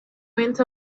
went